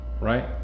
Right